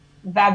ו-ב',